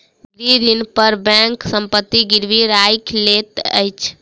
गृह ऋण पर बैंक संपत्ति गिरवी राइख लैत अछि